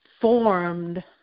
formed